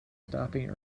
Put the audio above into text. stopping